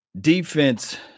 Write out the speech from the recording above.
Defense